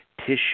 tissue